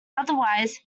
otherwise